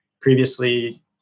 Previously